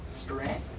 strength